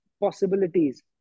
Possibilities